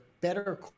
Better